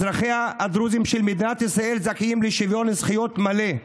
אזרחיה הדרוזים של המדינה זכאים לשוויון זכויות מלא.